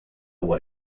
what